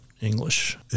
English